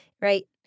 right